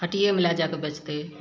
हटियेमे लए जा कऽ बेचतय